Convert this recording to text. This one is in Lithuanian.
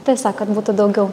tiesiog kad būtų daugiau